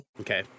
Okay